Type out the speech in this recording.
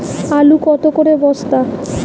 আলু কত করে বস্তা?